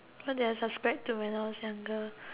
what did I subscribe to when I was younger